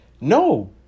No